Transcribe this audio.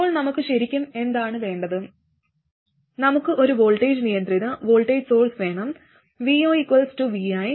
ഇപ്പോൾ നമുക്ക് ശരിക്കും എന്താണ് വേണ്ടത് നമുക്ക് ഒരു വോൾട്ടേജ് നിയന്ത്രിത വോൾട്ടേജ് സോഴ്സ് വേണം vovi